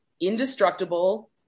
indestructible